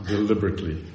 Deliberately